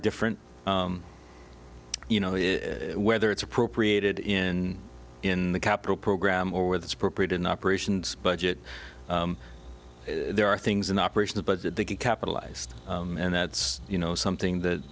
different you know whether it's appropriated in in the capital program or were this appropriate in operations budget there are things in operations but that they could capitalized and that's you know something